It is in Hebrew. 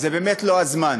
זה באמת לא הזמן,